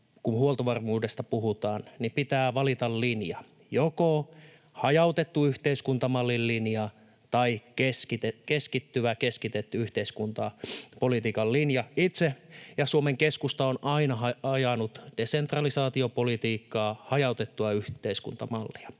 kun huoltovarmuudesta puhutaan, niin pitää valita linja, joko hajautettu yhteiskuntamallin linja tai keskittyvä, keskitetty yhteiskuntapolitiikan linja. Minä itse ja Suomen Keskusta on aina ajanut desentralisaatiopolitiikkaa, hajautettua yhteiskuntamallia,